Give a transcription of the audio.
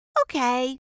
Okay